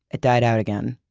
it died out again.